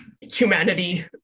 humanity